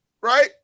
right